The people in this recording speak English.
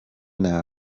now